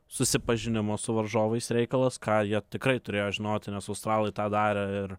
susipažinimo su varžovais reikalas ką jie tikrai turėjo žinoti nes australai tą darė ir